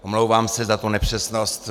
Omlouvám se za tu nepřesnost.